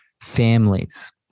families